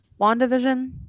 WandaVision